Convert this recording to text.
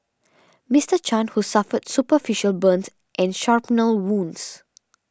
Mister Chan who suffered superficial burns and shrapnel wounds